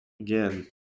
Again